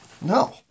No